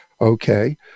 okay